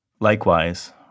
Likewise